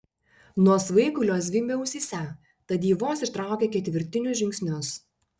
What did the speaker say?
nuo svaigulio zvimbė ausyse tad ji vos ištraukė ketvirtinius žingsnius